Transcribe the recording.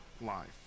life